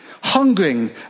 hungering